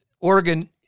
Oregon